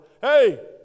Hey